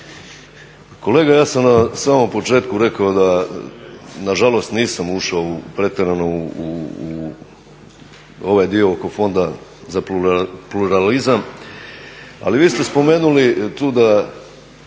Kolega ja sam na samom početku rekao da nažalost nisam ušao pretjerano u ovaj dio oko Fonda za pluralizam, ali vi ste spomenuli tu da